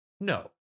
No